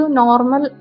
normal